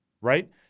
right